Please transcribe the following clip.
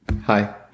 Hi